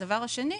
והדבר השני,